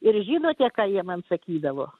ir žinote ką jie man sakydavo